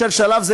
בשלב זה,